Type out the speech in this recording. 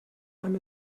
amb